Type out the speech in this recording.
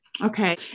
Okay